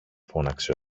φώναξε